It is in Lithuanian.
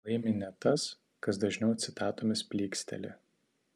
laimi ne tas kas dažniau citatomis plyksteli